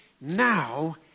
Now